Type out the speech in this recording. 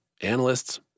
analysts